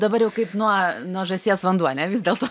dabar jau kaip nuo nuo žąsies vanduo ane vis dėlto